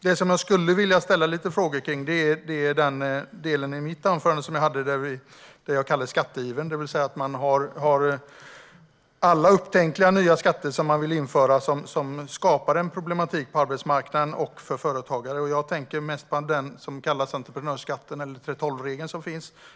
Det som jag skulle vilja ställa lite frågor om rör det som jag i mitt anförande kallade skattegiven, det vill säga att man har alla upptänkliga nya skatter som man vill införa och som skapar en problematik på arbetsmarknaden och för företagare. Jag tänker mest på den så kallade entreprenörsskatten, eller 3:12-regeln.